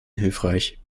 hilfreich